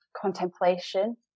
contemplation